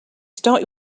start